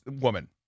woman